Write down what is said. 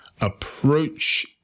approach